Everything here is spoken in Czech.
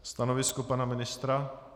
Stanovisko pana ministra?